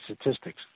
statistics